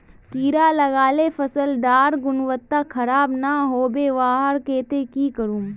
कीड़ा लगाले फसल डार गुणवत्ता खराब ना होबे वहार केते की करूम?